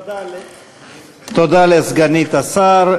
תודה לסגנית השר.